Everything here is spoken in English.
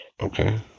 Okay